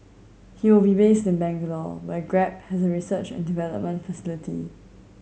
he will be based in Bangalore where Grab has research and development facility